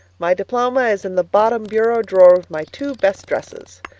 my diploma is in the bottom bureau drawer with my two best dresses.